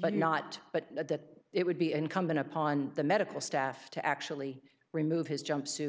but not but that it would be incumbent upon the medical staff to actually remove his jumpsuit